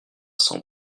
cent